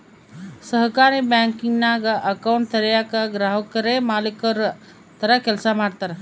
ಸಹಕಾರಿ ಬ್ಯಾಂಕಿಂಗ್ನಾಗ ಅಕೌಂಟ್ ತೆರಯೇಕ ಗ್ರಾಹಕುರೇ ಮಾಲೀಕುರ ತರ ಕೆಲ್ಸ ಮಾಡ್ತಾರ